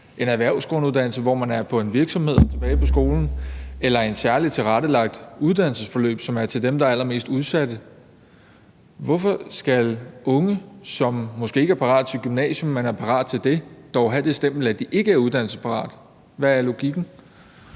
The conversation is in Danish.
en erhvervsskoleuddannelse, hvor man er på en virksomhed og tilbage på skolen; eller et særligt tilrettelagt uddannelsesforløb, som er til dem, der er allermest udsatte. Hvorfor skal unge, som måske ikke er parate til et gymnasium, men som er parate til det, jeg nævnte, dog have det stempel, at de ikke er uddannelsesparate? Hvad er logikken?